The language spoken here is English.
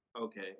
Okay